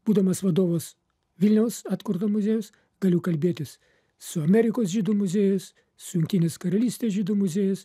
būdamas vadovas vilniaus atkurto muziejaus galiu kalbėtis su amerikos žydų muziejais su jungtinės karalystės žydų muziejais